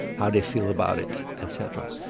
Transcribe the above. how they feel about it et cetera.